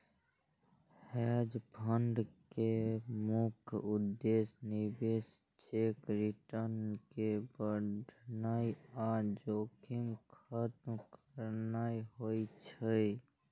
hedge fund के मुख्य उद्देश्य निवेशक केर रिटर्न कें बढ़ेनाइ आ जोखिम खत्म करनाइ होइ छै